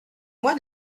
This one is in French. moi